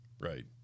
Right